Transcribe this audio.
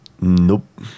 Nope